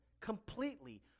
completely